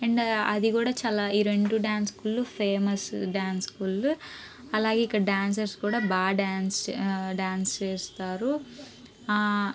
and అది కూడా చాలా ఈ రెండు డ్యాన్స్ స్కూల్లు ఫేమస్ డ్యాన్స్ స్కూల్లు అలాగే ఇక్కడ డ్యాన్సర్స్ కూడా బాగా డ్యాన్స్ డ్యాన్స్ చేస్తారు